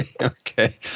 okay